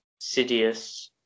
Sidious